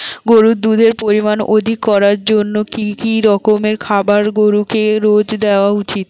গরুর দুধের পরিমান অধিক করার জন্য কি কি রকমের খাবার গরুকে রোজ দেওয়া উচিৎ?